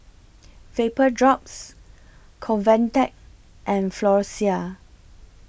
Vapodrops Convatec and Floxia